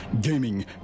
gaming